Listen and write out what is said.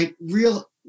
real